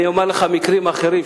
אומר לך על מקרים אחרים,